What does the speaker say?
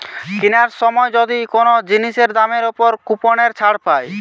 কিনার সময় যদি কোন জিনিসের দামের উপর কুপনের ছাড় পায়